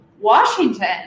Washington